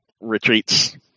retreats